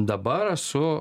dabar su